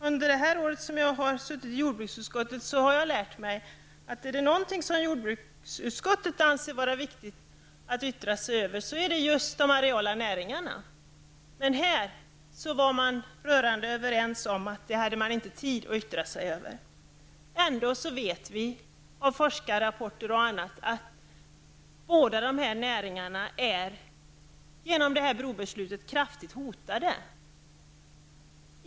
Under det här året som jag har suttit i jordbruksutskottet har jag lärt mig att om det är någonting som jordbruksutskottet anser vara viktigt att yttra sig över så är det just de areella näringarna. Men här var man rörande överens om att man inte hade tid att yttra sig över detta. Ändå vet vi från bl.a. forskarrapporter att båda dessa näringar är kraftigt hotade genom det här brobeslutet.